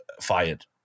fired